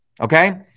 Okay